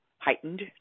heightened